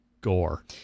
gore